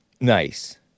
Nice